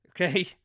Okay